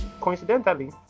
coincidentally